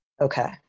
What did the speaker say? Okay